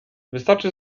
wystarczy